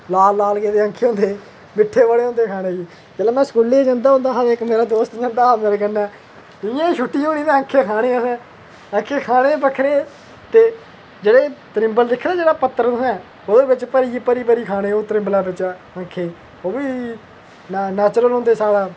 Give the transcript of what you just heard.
लाल लाल जेह्ड़े आक्खे होंदे मिट्ठे बड़े होंदे खाने ई जेल्लै में स्कूलै ई जंदा होंदा हा ते इक मेरा दोस्त जंदा हा मेरे कन्नै जि'यां ई छुट्टी होनी ते आक्खे खाने असें आक्खे खाने बक्खरे ते जेह्ड़े त्रिम्बल दिक्खे दा जेह्ड़ा पत्तर तुसें ओह्दे बिच्च भरी भरी खाने ओह् त्रिम्बलै बिच्चां आक्खे ओह् बी नैचूरल होंदे साढ़ै